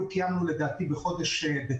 אפילו את שגרת הטיסות שקיימנו בחודש דצמבר.